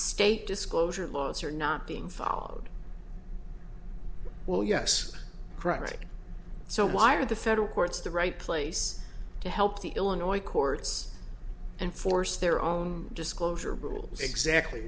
state disclosure laws are not being followed well yes right so why are the federal courts the right place to help the illinois courts and force their own disclosure rules exactly